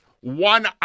one